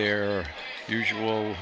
their usual